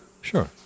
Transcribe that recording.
Sure